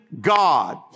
God